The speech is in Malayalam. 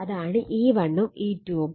ഇതാണ് E1 ഉം E2 ഉം